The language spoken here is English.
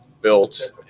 built